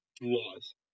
laws